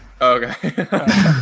okay